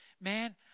Man